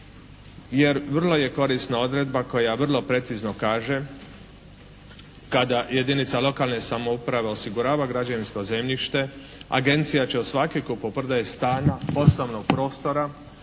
jer vrlo je korisna odredba koja vrlo precizno kaže kada jedinica lokalne samouprave osigurava građevinsko zemljište agencija će od svake kupoprodaje stana osnovnog prostora,